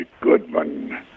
Goodman